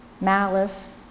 malice